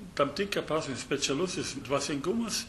tam tikra prasme specialusis dvasingumas